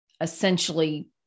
essentially